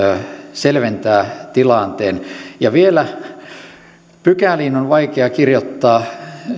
selventää tilanteen ja vielä pykäliin on vaikea kirjoittaa